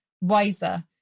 wiser